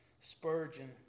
Spurgeon